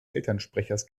elternsprechers